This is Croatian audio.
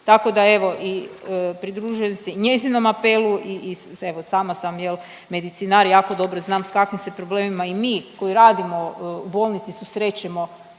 Tako da evo i pridružujem se i njezinom apelu i evo sama sam medicinar i jako dobro znam s kakvim se problemima i mi koji radimo u bolnici susrećemo